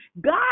God